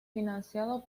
financiado